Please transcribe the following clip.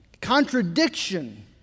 contradiction